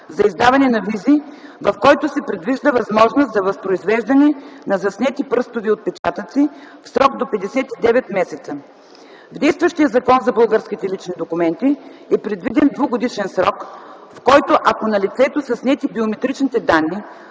за издаване на визи, в който се предвижда възможност за възпроизвеждане на заснети пръстови отпечатъци в срок до 59 месеца. В действащия Закон за българските лични документи е предвиден двугодишен срок, в който ако на лицето са снети биометричните данни,